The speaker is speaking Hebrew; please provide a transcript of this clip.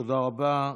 תודה רבה.